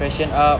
freshen up